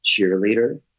cheerleader